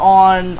on